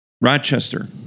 Rochester